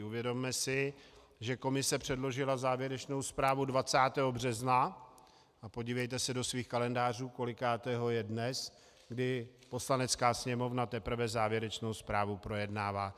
Uvědomme si, že komise předložila závěrečnou zprávu 20. března a podívejte se do svých kalendářů, kolikátého je dnes, kdy Poslanecká sněmovna teprve závěrečnou zprávu projednává.